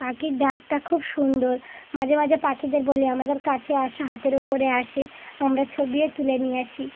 পাখির ডাকটা খুব সুন্দর মাঝে মাঝে পাখিদের বলি আমাদের কাছে আসে হাতের ওপরে আসে আমরা ছবি তুলে নিয়ে আসি